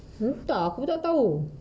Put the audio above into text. entah aku tak tahu